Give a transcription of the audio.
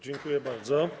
Dziękuję bardzo.